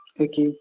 Okay